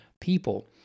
people